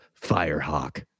firehawk